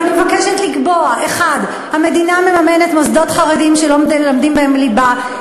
ואני מבקשת לקבוע: 1. המדינה מממנת מוסדות חרדיים שלא מלמדים בהם ליבה,